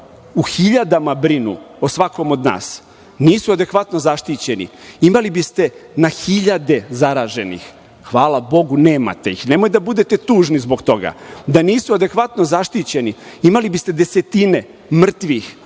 u hiljadama brinu o svakom od nas, nisu adekvatno zaštićeni, imali biste na hiljade zaraženih. Hvala Bogu, nema ih. Nemojte da budete tužni zbog toga. Da nisu adekvatno zaštićeni, imali biste desetine mrtvih